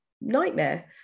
nightmare